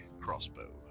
crossbow